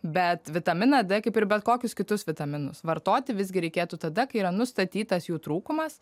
bet vitaminą d kaip ir bet kokius kitus vitaminus vartoti visgi reikėtų tada kai yra nustatytas jų trūkumas